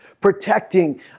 protecting